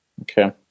Okay